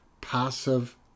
passive